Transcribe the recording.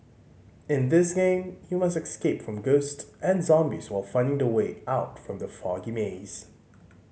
in this game you must escape from ghost and zombies while finding the way out from the foggy maze